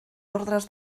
ordes